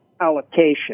allocation